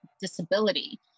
disability